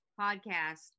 podcast